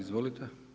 Izvolite.